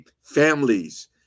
families